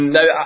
Now